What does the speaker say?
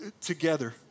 Together